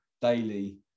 daily